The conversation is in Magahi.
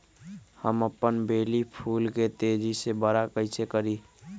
हम अपन बेली फुल के तेज़ी से बरा कईसे करी?